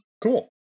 Cool